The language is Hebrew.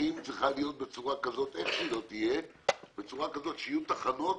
הפקחים צריכה להיות כך שיהיו תחנות